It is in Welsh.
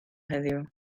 heddiw